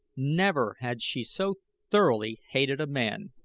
never had she so thoroughly hated a man.